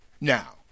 Now